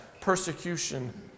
persecution